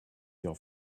your